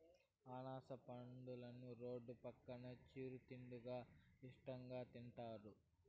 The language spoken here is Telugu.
అనాస పండుని రోడ్డు పక్కన చిరు తిండిగా ఇష్టంగా తింటారు